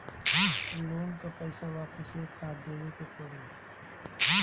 Loan का पईसा वापिस एक साथ देबेके पड़ी?